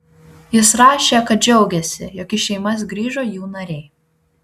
jis rašė kad džiaugiasi jog į šeimas grįžo jų nariai